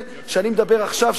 מה שאני מדבר עכשיו,